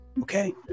Okay